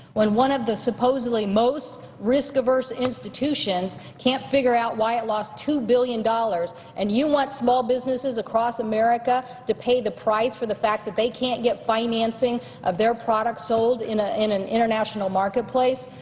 when one of the supposedly most risk-averse institutions can't figure out why it lost two billion dollars and you want small businesses across america to pay the price for the fact that they can't get financing of their products sold in ah in an international marketplace?